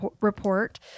report